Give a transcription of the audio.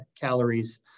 calories